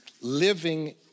living